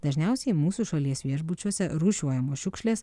dažniausiai mūsų šalies viešbučiuose rūšiuojamos šiukšlės